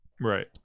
right